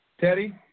Teddy